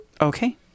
Okay